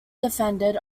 defended